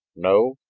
no?